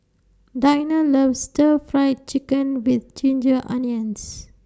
Dinah loves Stir Fry Chicken with Ginger Onions